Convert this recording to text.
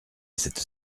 cette